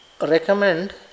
recommend